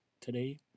Today